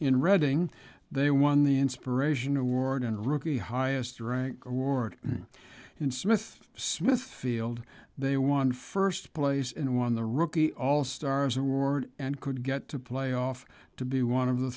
in redding they won the inspiration award and rookie highest ranked award in smith smithfield they won first place and won the rookie all stars award and could get to playoff to be one of the